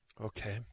Okay